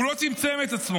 הוא לא צמצם את עצמו,